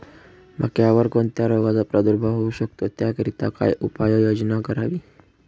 मक्यावर कोणत्या रोगाचा प्रादुर्भाव होऊ शकतो? त्याकरिता काय उपाययोजना करावी?